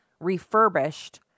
refurbished